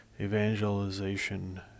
evangelization